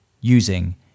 using